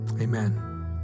Amen